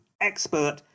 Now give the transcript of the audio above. expert